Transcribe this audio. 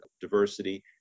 diversity